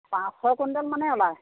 পাঁচশ কুইণ্টেল মানেই ওলায়